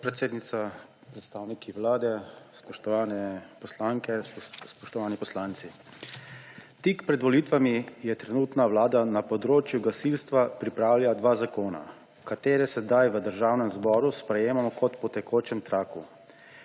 podpredsednica, predstavniki Vlade, spoštovane poslanke in poslanci! Tik pred volitvami je trenutna vlada na področju gasilstva pripravlja dva zakona, katera sedaj v Državnem zboru sprejemamo kot po tekočem traku,